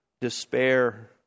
despair